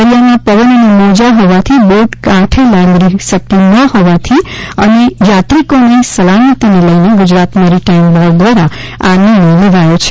દરિયામાં પવન અને મોજા હોવાથી બોટ કાઠે લાંગરી સકતી ન હોવાથી અને યાત્રિકોની સલામતીને લઇને ગુજરાત મેરીટાઇમ બોર્ડ દ્વારા આ નિર્ણય લેવાયો હતો